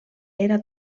era